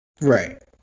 Right